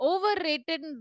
Overrated